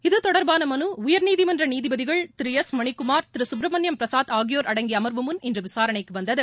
இதுதொடர்பான மனு உயர்நீதிமன்ற நீதிபதிகள் திரு எஸ் மணிக்குமார் திரு சுப்பிரமணியம் பிரசாத் ஆகியோர் அடங்கிய அமர்வு முன் இன்று விசாரணைக்கு வந்தது